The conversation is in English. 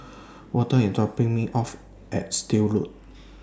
Walter IS dropping Me off At Still Road